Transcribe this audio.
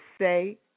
say